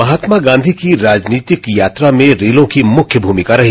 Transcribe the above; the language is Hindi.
महात्मा गांधी की राजनीतिक यात्रा में रेलों की मुख्य भूमिका रही